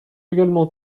également